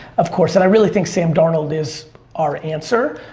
of course. and i really think sam darnold is our answer,